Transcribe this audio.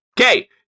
Okay